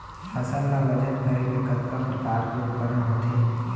फसल ला वजन करे के कतका प्रकार के उपकरण होथे?